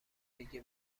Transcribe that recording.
دیگه